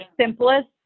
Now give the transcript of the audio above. simplest